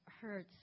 hurts